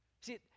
see